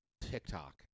tiktok